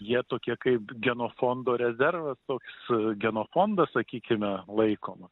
jie tokie kaip genofondo rezervas toks genofondas sakykime laikoma